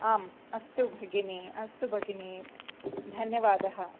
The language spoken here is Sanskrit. आम् अस्तु भगिनी अस्तु भगिनी धन्यवादः